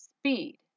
speed